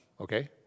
okay